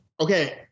Okay